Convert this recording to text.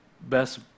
best